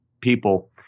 people